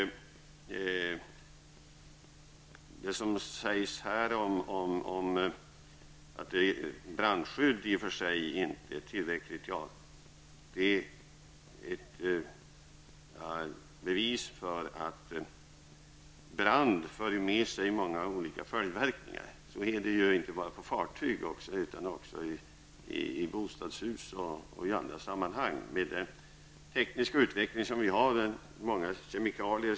Att, som här har sagts, brandskydd i och för sig inte är tillräckligt beror på att en brand numera på grund av den tekniska utvecklingen har många olika följdverkningar. Vi omges av många kemikalier, och byggnadsmaterialen innehåller farliga ämnen.